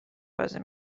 بازی